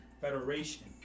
Federation